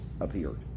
appeared